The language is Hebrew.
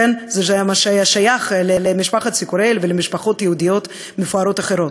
זה היה שייך למשפחת ציקורל ולמשפחות יהודיות מפוארות אחרות.